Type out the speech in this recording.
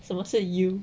什么是 U